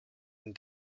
and